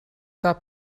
that